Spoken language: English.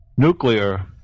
Nuclear